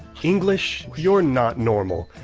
english, you're not normal.